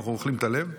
ואנחנו אוכלים את הלב.